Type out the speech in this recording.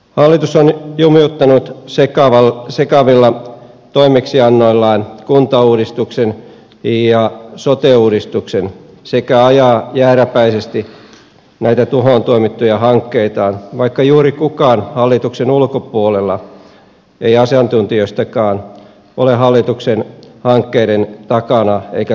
hallitus on jumiuttanut sekavilla toimeksiannoillaan kuntauudistuksen ja sote uudistuksen sekä ajaa jääräpäisesti näitä tuhoon tuomittuja hankkeitaan vaikka juuri kukaan hallituksen ulkopuolella ei asiantuntijoistakaan ole hallituksen hankkeiden takana eikä tukena